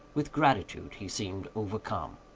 with gratitude he seemed overcome.